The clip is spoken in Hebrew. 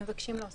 מנגנון קצת אחר.